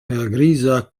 helgriza